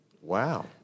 Wow